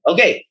Okay